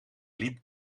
liep